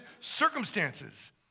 circumstances